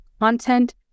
content